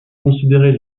considérait